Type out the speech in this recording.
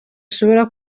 ashobora